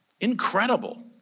incredible